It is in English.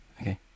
Okay